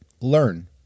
Learn